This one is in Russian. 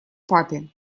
папе